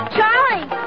Charlie